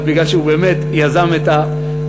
אלא בגלל שהוא באמת יזם את הרעיון,